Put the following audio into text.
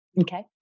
Okay